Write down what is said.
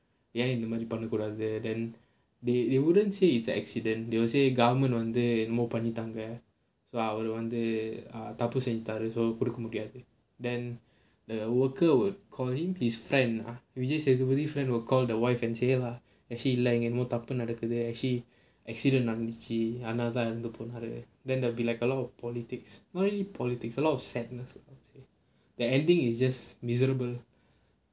ஏன் இந்த மாதிரி பண்ண கூடாது:yaen intha maathiri panna koodaathu then they they wouldn't say it's an accident they will say government வந்து என்னமோ பண்ணிட்டாங்க:vanthu ennamo pannittaanga so அவரு வந்து தப்பு செஞ்சிட்டாரு:avar vanthu thappu senjitaaru so கொடுக்க முடியாது:kodukka mudiyaathu then the worker will call him his friend lah vijay sethupathi friend will call the wife and say lah என்னமோ தப்பு நடக்குது:ennamo thappu nadakuthu accident நடந்துச்சு அதுனால தான் இறந்து போனாரு:nadanthuchchu adhunaala thaan iranthu ponaaru then there will be like a lot of politics not really politics a lot of sadness I would say the ending is just isn't good